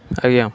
ଆଜ୍ଞା